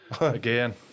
again